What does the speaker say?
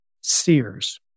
Sears